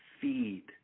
feed